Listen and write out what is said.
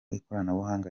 ikoranabuhanga